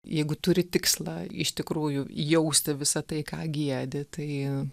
jeigu turi tikslą iš tikrųjų jausti visa tai ką giedi tai